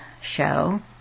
show